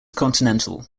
continental